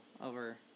over